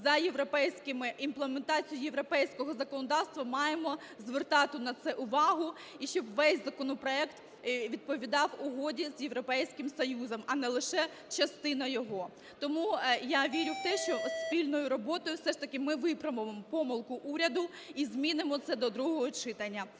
імплементацією європейського законодавства, маємо звертати на це увагу, і щоб весь законопроект відповідав Угоді з Європейським Союзом, а не лише частина його. Тому я вірю в те, що спільною роботою все ж таки ми виправимо помилку уряду і змінимо це до другого читання.